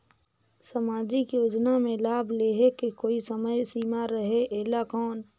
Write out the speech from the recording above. समाजिक योजना मे लाभ लहे के कोई समय सीमा रहे एला कौन?